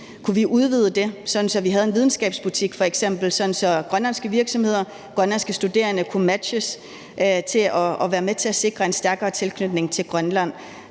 Kunne vi udvide det, sådan at vi f.eks. havde en videnskabsbutik, sådan at grønlandske virksomheder og grønlandske studerende kunne matches i forhold til at være med til at sikre en stærkere tilknytning til Grønland?